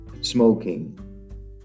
smoking